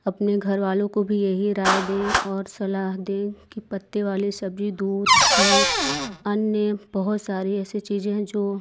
अपने घर वालों को भी यही राय दें और सलाह दें कि पत्ते वाली सब्ज़ी दूध घी अन्य बहुत सारे ऐसे चीज़ें हैं जो